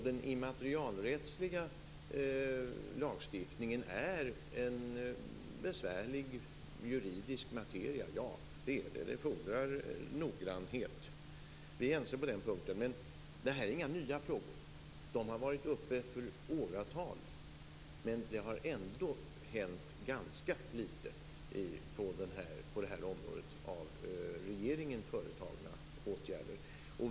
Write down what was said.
Den immaterialrättsliga lagstiftningen är en besvärlig juridisk materia. Den fordrar noggrannhet. Vi är ense på den punkten. Men detta är inga nya frågor. De har varit uppe till diskussion i flera år. Men ändå har ganska lite hänt när det gäller av regeringen företagna åtgärder.